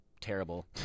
Terrible